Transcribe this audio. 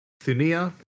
Thunia